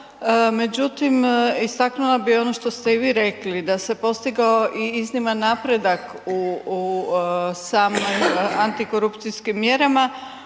međutim, istaknuli bih ono što ste i vi rekli. Da se postigao i izniman napredak u samoj antikorupcijskim mjerama,